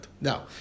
Now